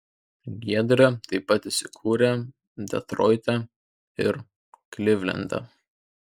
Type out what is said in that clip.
giedra taip pat įsikūrė detroite ir klivlende